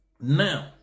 Now